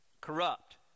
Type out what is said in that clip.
corrupt